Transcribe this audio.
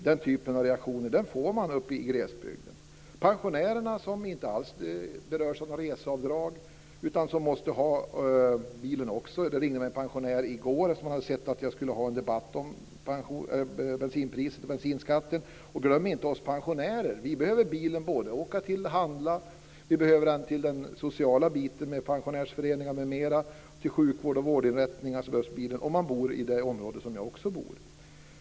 Den typen av reaktioner får man i glesbygden. Pensionärerna berörs inte alls av några reseavdrag men de måste också ha bil. En pensionär ringde mig i går som hade sett att jag skulle delta i en debatt om bensinpriset och bensinskatten. Han sade: Glöm inte oss pensionärer! Vi behöver bilen både för att åka och handla och för den sociala biten med pensionärsföreningar m.m. Bilen behövs också för resor till vårdinrättningar om man bor i det område som också jag bor i.